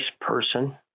person